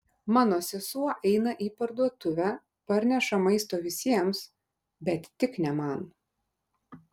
mano sesuo eina į parduotuvę parneša maisto visiems bet tik ne man